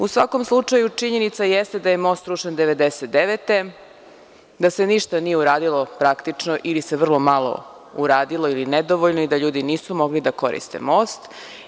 U svakom slučaju, činjenica jeste da je most srušen 1999. godine, da se ništa nije uradilo ili se vrlo malo uradilo ili nedovoljno, da ljudi nisu mogli da koriste most.